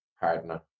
partner